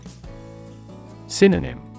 Synonym